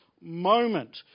moment